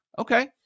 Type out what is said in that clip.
Okay